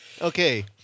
Okay